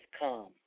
come